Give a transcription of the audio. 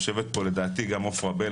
יושבת פה לדעתי גם עופרה בל,